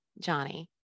Johnny